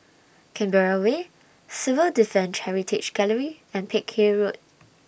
Canberra Way Civil Defence Heritage Gallery and Peck Hay Road